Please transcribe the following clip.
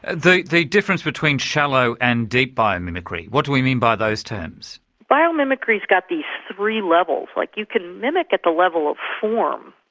and the the difference between shallow and deep biomimicry what do we mean by those terms? biomimicry's got these three levels. like you can mimic at the level of form.